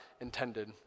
intended